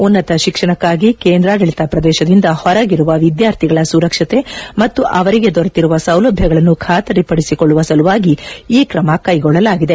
ಉನ್ನತ ಶಿಕ್ಷಣಕ್ಕಾಗಿ ಕೇಂದ್ರಾಡಳತ ಪ್ರದೇಶದಿಂದ ಹೊರಗಿರುವ ವಿದ್ವಾರ್ಥಿಗಳ ಸುರಕ್ಷತೆ ಮತ್ತು ಅವರಿಗೆ ದೊರೆತಿರುವ ಸೌಲಭ್ಯಗಳನ್ನು ಖಾತರಿಪಡಿಸಿಕೊಳ್ಳುವ ಸಲುವಾಗಿ ಈ ಕ್ರಮ ಕೈಗೊಳ್ಳಲಾಗಿದೆ